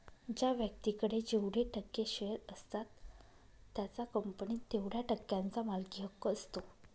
ज्या व्यक्तीकडे जेवढे टक्के शेअर असतात त्याचा कंपनीत तेवढया टक्क्यांचा मालकी हक्क असतो